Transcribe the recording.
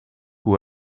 who